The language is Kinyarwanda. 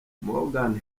morgan